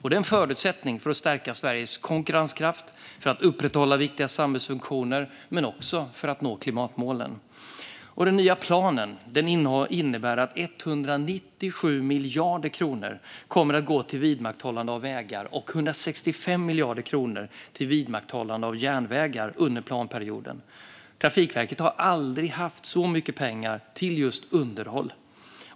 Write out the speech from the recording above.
Det är en förutsättning för att stärka Sveriges konkurrenskraft och upprätthålla viktiga samhällsfunktioner, men också för att nå klimatmålen. Den nya planen innebär att 197 miljarder kronor kommer att gå till vidmakthållande av vägar och 165 miljarder kronor till vidmakthållande av järnvägar under planperioden. Trafikverket har aldrig haft så mycket pengar till just underhåll.